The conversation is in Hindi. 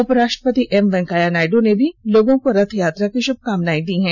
उपराष्ट्रपति एम वेंकैया नायडू ने भी लोगों को रथयात्रा की शुभकामनाए दी हैं